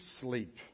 sleep